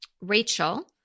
Rachel